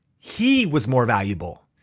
he was more valuable.